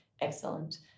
excellent